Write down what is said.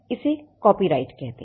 इसे कापीराइट कहते हैं